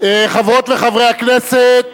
חברות וחברי הכנסת,